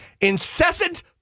incessant